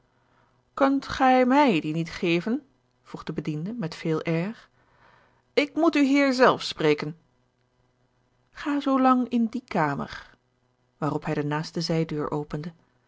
kunt gij mij die niet geven vroeg de bediende met veel air ik moet uw heer zelf spreken ga zoolang in die kamer waarop hij de naaste zijdeur opende